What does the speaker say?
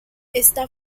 está